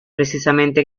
precisamente